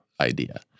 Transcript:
idea